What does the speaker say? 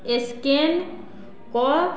scan कऽ